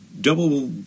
double